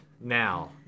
Now